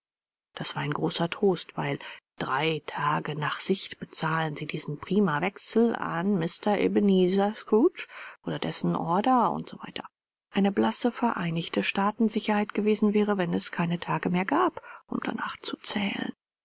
das war ein großer trost weil drei tage nach sicht bezahlen sie diesen primawechsel an mr ebenezer scrooge oder dessen order u s w eine bloße vereinigte staaten sicherheit gewesen wäre wenn es keine tage mehr gab um danach zu zählen